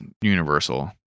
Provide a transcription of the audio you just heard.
universal